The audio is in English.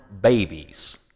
babies